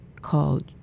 called